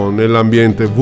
nell'ambiente